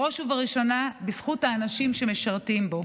בראש ובראשונה בזכות האנשים שמשרתים בו,